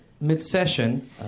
Mid-session